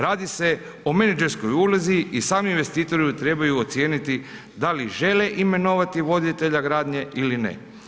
Radi se o menadžerskoj ulozi i sami investitori trebaju ocijeniti da li žele imenovati voditelja gradnje ili ne.